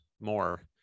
more